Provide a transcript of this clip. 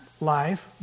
life